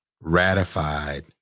ratified